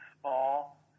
small